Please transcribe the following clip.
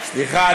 סליחה,